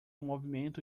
movimento